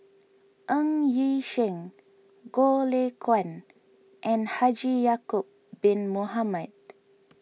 Ng Yi Sheng Goh Lay Kuan and Haji Ya'Acob Bin Mohamed